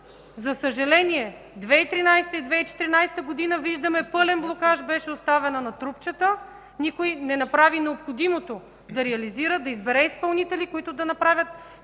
За съжаление, 2013 и 2014 г. виждаме пълен блокаж. Беше оставена на трупчета. Никой не направи необходимото да реализира, да избере изпълнители, които да направят